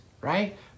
right